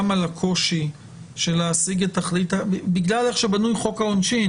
הקושי להשיג את התכלית בגלל איך שבנוי חוק העונשין,